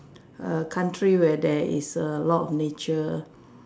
err country where this is err a lot of nature